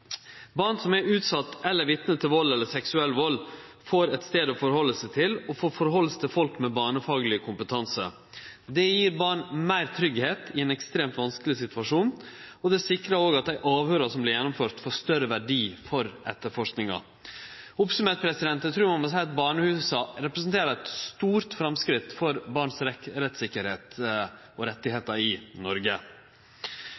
Barn som er utsette for eller vitne til vald eller seksuell vald, får ein stad å vende seg til, og får ha å gjere med folk med barnefagleg kompetanse. Det gjev barn meir tryggleik i ein ekstremt vanskeleg situasjon, og det sikrar òg at dei avhøyra som vert gjennomførte, får større verdi for etterforskinga. Oppsummert: Eg trur ein må seie at barnehusa representerer eit stort framsteg for barns rettstryggleik og